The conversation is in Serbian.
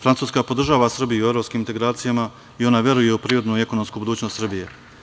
Francuska podržava Srbiju u evropskim integracijama i ona veruje u privrednu i ekonomsku budućnost Srbije.